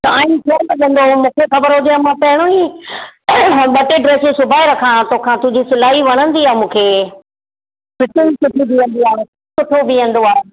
तव्हां ई स सघंदो मूंखे ख़बर हुजे मां पहिरों ई ॿ टे ड्रैसियूं सिबाइ रखां हां तोखां तुंहिंजी सिलाई वणंदी आहे मूंखे फिटिंग सुठी थी वेंदी आहे सुठो ॿिअंदो आहे